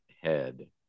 head